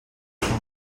pluja